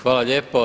Hvala lijepo.